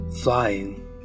Flying